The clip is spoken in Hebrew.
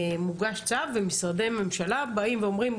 מוגש צו ומשרדי ממשלה באים ואומרים,